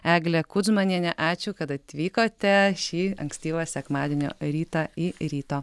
eglė kudzmanienė ačiū kad atvykote šį ankstyvą sekmadienio rytą į ryto